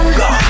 go